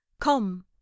come